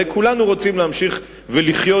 הרי כולנו רוצים להמשיך לחיות,